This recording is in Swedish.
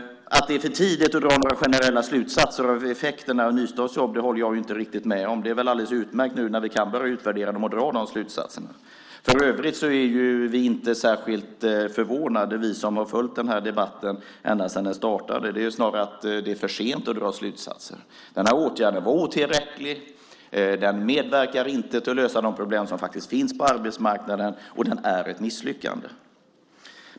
Att det är för tidigt att dra några generella slutsatser av effekterna av nystartsjobb håller jag inte riktigt med om. Det är väl alldeles utmärkt nu när vi kan börja utvärdera att dra de slutsatserna. För övrigt är vi som har följt den här debatten ända sedan den startade inte särskilt förvånade. Det är snarare för sent att dra slutsatser. Den här åtgärden var otillräcklig. Den medverkar inte till att lösa de problem som faktiskt finns på arbetsmarknaden. Den är ett misslyckande.